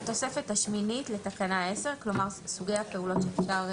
הוספת התוספת השמינית 3. אחרי התוספת השביעית לתקנות העיקריות יבוא: